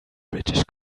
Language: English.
british